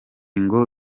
ngo